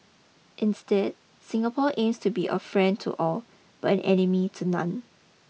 instead Singapore aims to be a friend to all but an enemy to none